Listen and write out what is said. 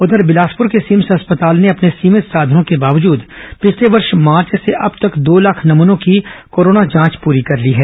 उधर बिलासपुर के सिम्स अस्पताल ने अपने सीमित साधनों के बावजूद पिछले वर्ष मार्च से अब तक दो लाख नमूनों की कोरोना जांच पूरी कर ली हैं